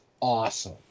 awesome